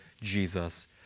Jesus